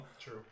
True